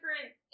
different